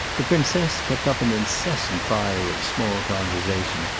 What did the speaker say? the princess kept up an incessant fire of small conversation,